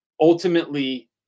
ultimately